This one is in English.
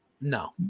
No